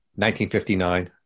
1959